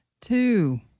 Two